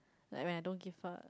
like when I don't give her